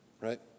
Right